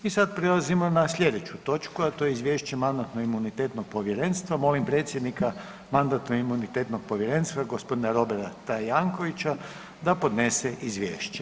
I sada prelazimo na sljedeću točku, a to je: - Izvješće Mandatno-imunitetnog povjerenstva Molim predsjednika Mandatno-imunitetnog povjerenstva gospodina Roberta Jankovicsa da podnese Izvješće.